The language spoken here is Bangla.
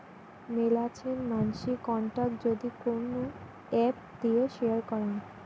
মেলাছেন মানসি কন্টাক্ট যদি কোন এপ্ দিয়ে শেয়ার করাং